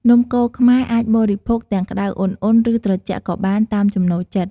នំកូរខ្មែរអាចបរិភោគទាំងក្ដៅឧណ្ហៗ ឬត្រជាក់ក៏បាន តាមចំណូលចិត្ត។